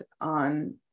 on